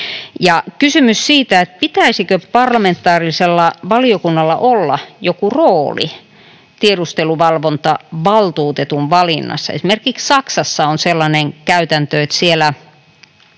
kysymys siitä, pitäisikö parlamentaarisella valiokunnalla olla joku rooli tiedusteluvalvontavaltuutetun valinnassa. Esimerkiksi Saksassa on sellainen käytäntö, että siellä